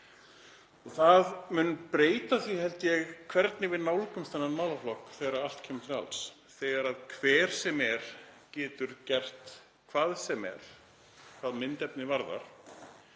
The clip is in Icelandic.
Það mun breyta því, held ég, hvernig við nálgumst þennan málaflokk þegar allt kemur til alls. Þegar hver sem er getur gert hvað sem er hvað myndefni varðar